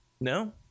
No